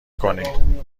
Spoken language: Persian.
کنی